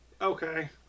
Okay